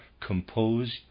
compose